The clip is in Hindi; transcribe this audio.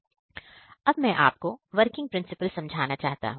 अब मैं आपको इसका वर्किंग प्रिंसिपल समझाना चाहता हूं